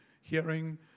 hearing